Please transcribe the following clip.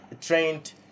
trained